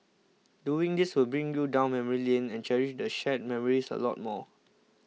doing this will bring you down memory lane and cherish the shared memories a lot more